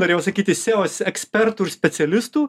norėjau sakyti seos ekspertų specialistų